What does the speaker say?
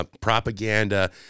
propaganda